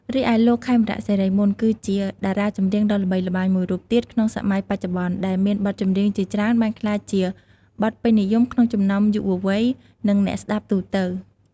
រីឯលោក ខេមរៈ សិរីមន្ត គឺជាតារាចម្រៀងដ៏ល្បីល្បាញមួយរូបទៀតក្នុងសម័យបច្ចុប្បន្ន ដែលមានបទចម្រៀងជាច្រើនបានក្លាយជា បទពេញនិយម ក្នុងចំណោមយុវវ័យ និងអ្នកស្តាប់ទូទៅ។